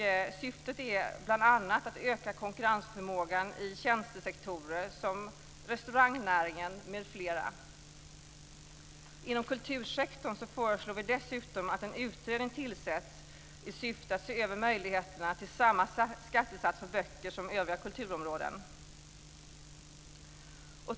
Syftet är bl.a. att öka konkurrensförmågan i sådana tjänstesektorer som t.ex. restaurangnäringen. Inom kultursektorn föreslår vi dessutom att en utredning tillsätts i syfte att se över möjligheterna till samma skattesats på böcker som för övriga kulturområden.